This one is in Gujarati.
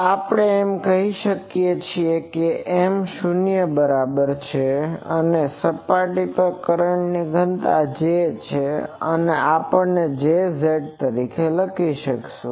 તો આપણે એમ કહી શકીએ કે M અહીં શૂન્ય બરાબર M0 છે અને આપણી કરંટ ઘનતા J જેને આપણે Jz તરીકે લખીશું